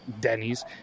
denny's